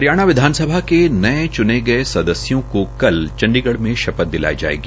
हरियाणा विधानसभा के नये चुने गये सदस्यों को कल चंडीगढ़ में शपथ दिलाई जायेगी